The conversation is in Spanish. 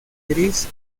gris